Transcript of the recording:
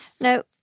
Now